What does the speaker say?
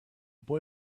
boy